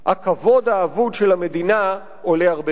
הכבוד האבוד של המדינה עולה הרבה יותר.